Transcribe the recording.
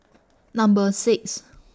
Number six